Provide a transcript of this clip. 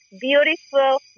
beautiful